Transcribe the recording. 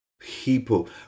people